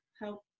help